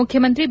ಮುಖ್ಯಮಂತ್ರಿ ಬಿ